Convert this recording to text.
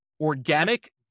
organic